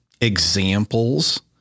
examples